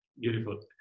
Beautiful